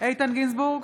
איתן גינזבורג,